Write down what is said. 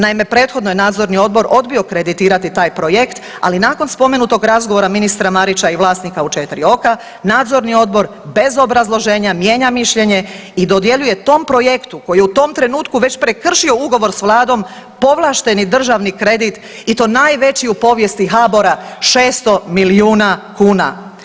Naime prethodno je Nadzorni odbor odbio kreditirati taj projekt, ali nakon spomenutog razgovora ministra Marića i vlasnika u četiri oka Nadzorni odbor bez obrazloženja mijenja mišljenje i dodjeljuje tom projektu koji je u tom trenutku već prekršio ugovor s Vladom povlašteni državni kredit i to najveći u povijesti HABOR-a 600 milijuna kuna.